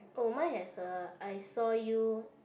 oh mine has uh I saw you